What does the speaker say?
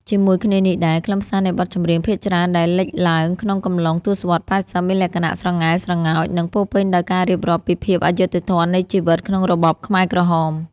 ជាមួយគ្នានេះដែរ ខ្លឹមសារនៃបទចម្រៀងភាគច្រើនដែលលេចឡើងក្នុងកំឡុងទសវត្សរ៍ ៨០ មានលក្ខណៈស្រងែស្រងោច និងពោរពេញដោយការរៀបរាប់ពីភាពអយុត្តិធម៌នៃជីវិតក្នុងរបបខ្មែរក្រហម។